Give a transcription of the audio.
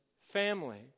family